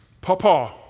Papa